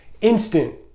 instant